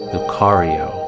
Lucario